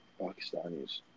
Pakistanis